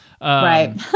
right